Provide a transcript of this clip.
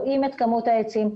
רואים את כמות העצים,